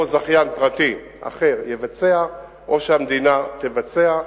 או זכיין פרטי אחר יבצע או שהמדינה תבצע.